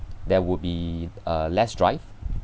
there would be uh less drive